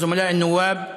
(אומר בערבית: